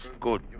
good